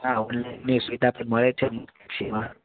હા ઓનલાઇનની સુવિધા પણ મળે જ છે